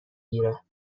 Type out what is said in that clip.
گیره